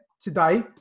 today